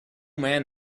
man